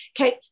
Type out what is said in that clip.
Okay